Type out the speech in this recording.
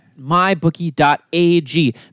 mybookie.ag